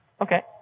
Okay